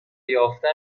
یافتن